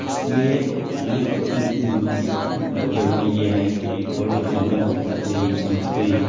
اس لیے ہمیں ضروری یہ ہے کہ کوئی بھی خبروں کو پڑھتے ہی سمجھتے ہی